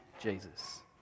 Jesus